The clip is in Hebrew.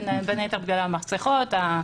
בין היתר בגלל המסכות,